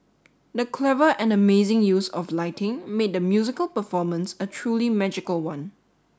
the clever and amazing use of lighting made the musical performance a truly magical one